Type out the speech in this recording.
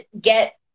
get